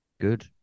Good